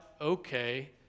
okay